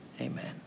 amen